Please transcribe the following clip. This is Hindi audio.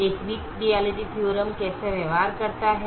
एक वीक डुआलिटी थीअरम कैसे व्यवहार करता है